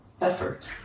effort